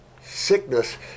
sickness